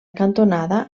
cantonada